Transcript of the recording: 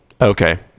Okay